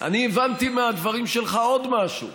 אני הבנתי מהדברים שלך עוד משהו.